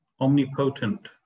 Omnipotent